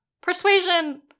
Persuasion